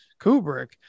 Kubrick